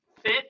fit